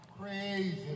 crazy